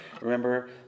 Remember